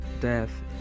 death